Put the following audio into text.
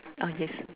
ah yes